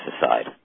aside